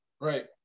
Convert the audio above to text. right